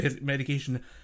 medication